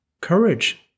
courage